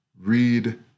Read